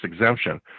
exemption